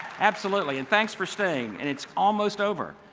absolutely. and thanks for staying. and it's almost over.